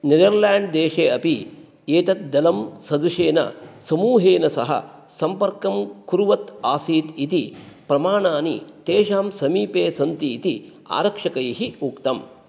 Netherlands देशे अपि एतत् दलं सदृशेन समूहेन सह सम्पर्कं कुर्वत् आसीत् इति प्रमाणानि तेषां समीपे सन्ति इति आरक्षकैः उक्तम्